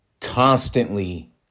constantly